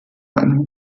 einem